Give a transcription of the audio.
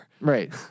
Right